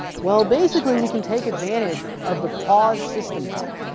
well basically we can take advantage of the pause system call.